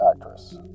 Actress